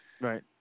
Right